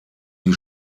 die